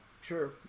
sure